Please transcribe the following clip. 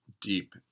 deep